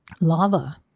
lava